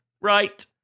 Right